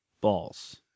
balls